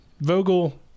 vogel